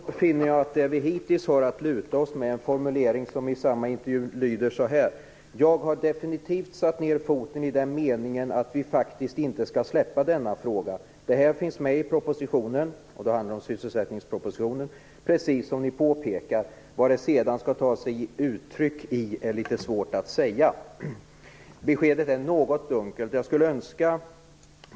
Fru talman! Då finner jag att det vi till dess har att luta oss mot är en formulering i samma intervju som lyder så här: Jag har definitivt satt ned foten i den meningen att vi faktiskt inte skall släppa denna fråga. Det här finns med i propositionen - statsministern menar sysselsättningspropositionen - precis som ni påpekar. Vad det sedan skall ta sig uttryck i är litet svårt att säga. Beskedet är något dunkelt.